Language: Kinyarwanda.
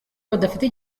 badafite